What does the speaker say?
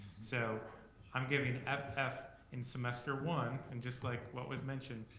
so i'm giving f f in semester one, and just like what was mentioned,